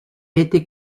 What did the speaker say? été